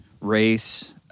race